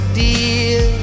dear